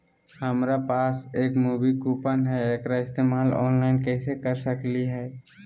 हमरा पास एक मूवी कूपन हई, एकरा इस्तेमाल ऑनलाइन कैसे कर सकली हई?